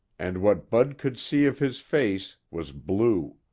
and what bud could see of his face was blue.